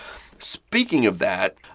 speaking of that,